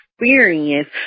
Experience